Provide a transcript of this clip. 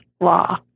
law